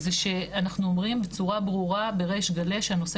זה שאנחנו אומרים בצורה ברורה בריש גלי שהנושא